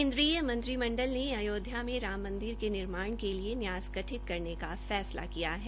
केन्द्रीय मंत्रिमंडल ने अयोध्या में राम मंदिर के निर्माण के लिए न्यास गठित करने का फैसला किया है